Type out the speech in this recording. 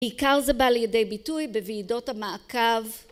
עיקר זה בא לידי ביטוי בוועידות המעקב